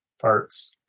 parts